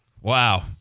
Wow